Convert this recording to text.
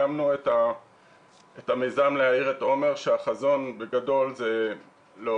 הקמנו את המיזם "להאיר את עומר" כשהחזון בגדול זה מצד